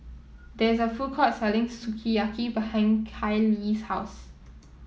there is a food court selling Sukiyaki behind Kayley's house